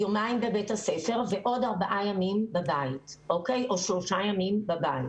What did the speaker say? יומיים בבית הספר ועוד ארבעה ימים בבית או שלושה ימים בבית.